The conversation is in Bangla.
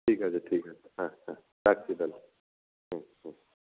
ঠিক আছে ঠিক আছে হ্যাঁ হ্যাঁ রাখছি তাহলে হুম হুম